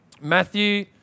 Matthew